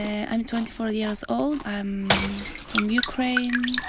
i'm twenty-four years old. i'm from ukraine,